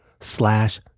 slash